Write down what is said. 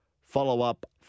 follow-up